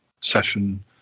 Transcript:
session